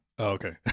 okay